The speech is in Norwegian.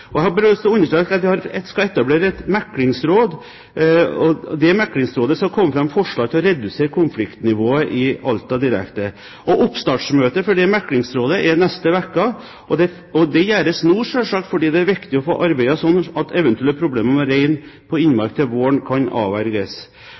Og jeg har bare lyst til å si at jeg skal etablere et meklingsråd. Dette meklingsrådet skal komme med forslag som kan redusere konfliktnivået i Alta direkte. Oppstartsmøtet for dette meklingsrådet er neste uke. Oppstarten er selvsagt nå, fordi det er viktig å få arbeidet slik at eventuelle problemer med rein på